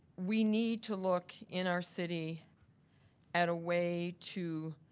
we need to look in our city at a way to